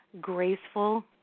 graceful